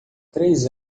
três